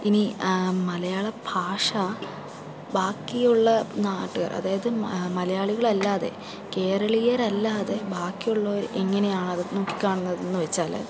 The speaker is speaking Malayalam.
ഇനി മലയാള ഭാഷ ബാക്കിയുള്ള നാട്ട് അതായത് മലയാളികൾ അല്ലാതെ കേരളീയരല്ലാതെ ബാക്കിയുള്ളവർ എങ്ങനെയാണ് അത് നോക്കി കാണുന്നതെന്ന് വെച്ചാല്